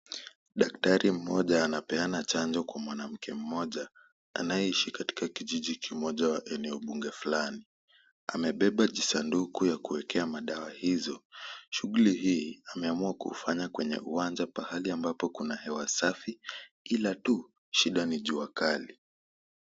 Daktari mmoja anapeana chanjo kwa mwanamke mmoja, anayeishi katika kijiji kimoja eneo bunge fulani, amebeba jisanduku ya kuwekea madawa hizo, shughuli hii ameamua kufanya kwenye uwanja pahali ambapo kuna hewa safi ila tu shida ni jua kali.